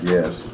Yes